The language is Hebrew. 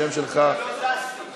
אני אקרא בשמות של אנשים.